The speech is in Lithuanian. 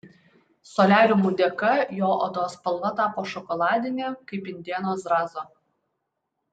soliariumų dėka jo odos spalva tapo šokoladinė kaip indėno zrazo